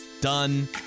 done